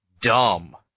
dumb